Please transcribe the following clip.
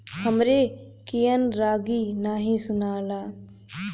हमरे कियन रागी नही सुनाला